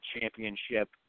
championship